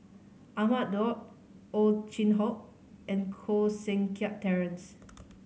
Ahmad Daud Ow Chin Hock and Koh Seng Kiat Terence